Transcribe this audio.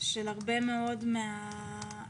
של הרבה מאוד מהתקנות.